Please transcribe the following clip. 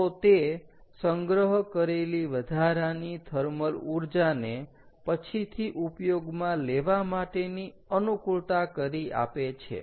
તો તે સંગ્રહ કરેલી વધારાની થર્મલ ઊર્જા ને પછીથી ઉપયોગમાં લેવા માટેની અનુકુળતા કરી આપે છે